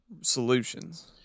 solutions